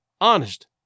Honest